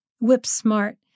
whip-smart